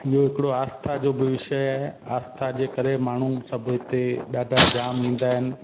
इहो हिकिड़ो आस्था जो बि विषय आहे आस्था जे करे माण्हू सभु हिते ॾाढा जाम ईंदा आहिनि